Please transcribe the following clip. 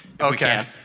Okay